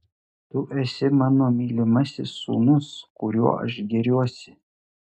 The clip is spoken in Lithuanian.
tu esi mano mylimasis sūnus kuriuo aš gėriuosi